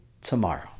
tomorrow